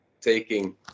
taking